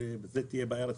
תהיה בעיה רצינית.